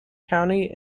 county